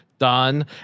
done